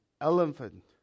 elephant